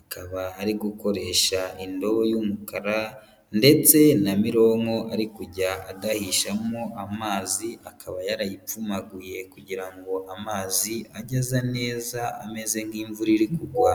Akaba ari gukoresha indobo y'umukara ndetse na mironko ari kujya adahishamo amazi, akaba yarayipfumaguye kugira ngo amazi ajye aza neza ameze nk'imvura iri kugwa.